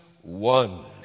one